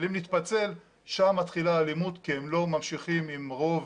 ומתחילים להתפצל שם מתחילה אלימות כי הם לא ממשיכים עם רוב